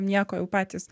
nieko jau patys